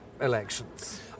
elections